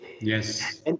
Yes